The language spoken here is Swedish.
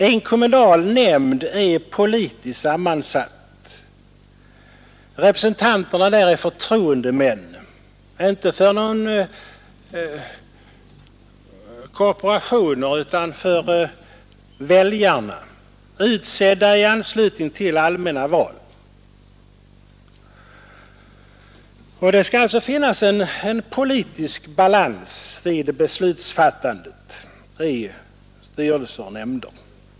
En kommunal nämnd är politiskt sammansatt. Representanterna där är förtroendemän, inte för korporationer utan för väljarna, utsedda i anslutning till allmänna val. Det skall alltså finnas en politisk balans vid beslutsfattandet i styrelser och nämnder.